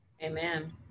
Amen